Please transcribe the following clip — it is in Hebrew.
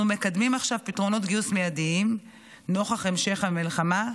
אנחנו מקדמים עכשיו פתרונות גיוס מיידים נוכח המשך המלחמה,